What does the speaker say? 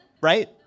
right